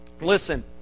Listen